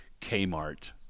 Kmart